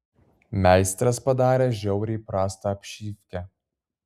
meistras padarė žiauriai prastą apšyvkę